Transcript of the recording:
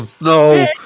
No